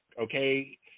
okay